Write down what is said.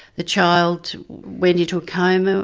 the child went into a coma.